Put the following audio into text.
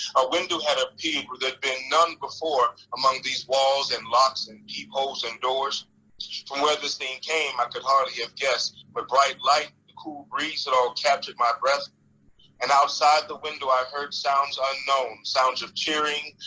a window had a paper they'd been none before among these walls and locks and peep holes and doors. to where this thing came, i could hardly have guessed but bright light the cool breeze that all captured my breath an outside the window i heard sounds unknown, sounds of cheering,